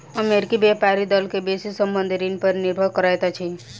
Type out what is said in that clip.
अमेरिकी व्यापारी दल के बेसी संबंद्ध ऋण पर निर्भर करैत अछि